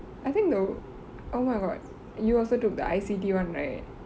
I think the oh my god you also took the I_C_T one right